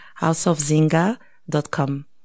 houseofzinga.com